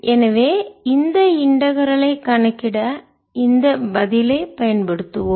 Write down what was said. எனவே இந்த இன்டகரல் ஐ கணக்கிட இந்த பதிலை பயன்படுத்துவோம்